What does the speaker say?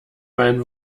meinen